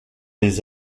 les